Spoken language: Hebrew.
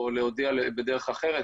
או להודיע בדרך אחרת.